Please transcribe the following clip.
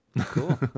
Cool